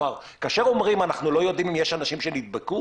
כאשר אומרים: אנחנו לא יודעים אם יש אנשים שנדבקו.